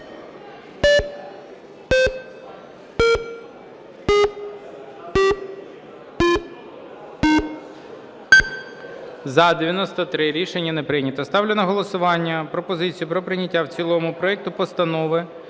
За-93 Рішення не прийнято. Ставлю на голосування пропозицію про прийняття в цілому проекту Постанови